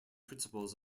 principles